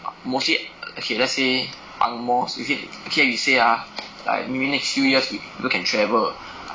mostly err okay let's say amoy street okay okay you say ah like maybe next few years people can travel